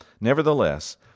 Nevertheless